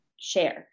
share